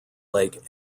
lake